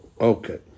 Okay